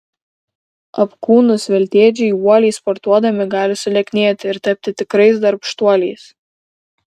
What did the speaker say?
apkūnūs veltėdžiai uoliai sportuodami gali sulieknėti ir tapti tikrais darbštuoliais